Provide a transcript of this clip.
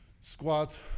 squats